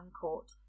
court